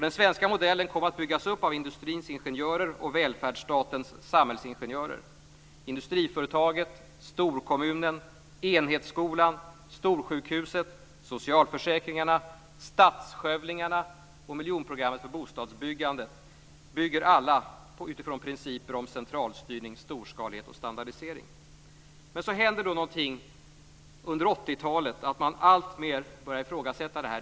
Den svenska modellen byggdes av industrins ingenjörer och välfärdsstatens samhällsingenjörer. Industriföretaget, storkommunen, enhetsskolan, storsjukhuset, socialförsäkringarna, stadsskövlingarna och miljonprogrammet för bostadsbyggandet - allt bygger på principer om centralstyrning, storskalighet och standardisering. Men under 1980-talet börjar man alltmer ifrågasätta detta.